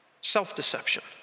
Self-deception